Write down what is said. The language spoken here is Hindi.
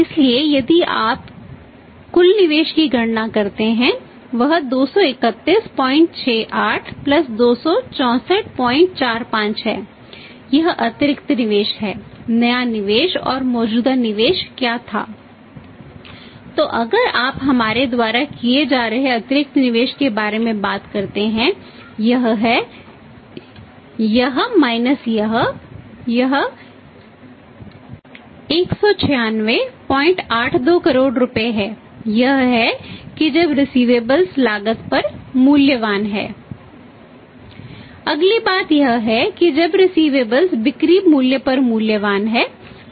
इसलिए यदि आप इस कुल निवेश की गणना करते हैं वह 23168 प्लस 26445 है यह अतिरिक्त निवेश है नया निवेश और मौजूदा निवेश क्या था तो अगर आप हमारे द्वारा किए जा रहे अतिरिक्त निवेश के बारे में बात करते हैं यह है यह माइनस लागत पर मूल्यवान हैं